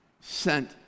sent